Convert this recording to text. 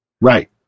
Right